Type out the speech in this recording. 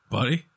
Buddy